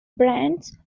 brands